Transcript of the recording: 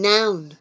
Noun